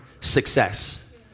Success